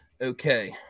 Okay